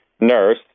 nurse